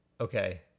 Okay